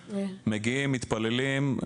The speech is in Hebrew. מתפללים,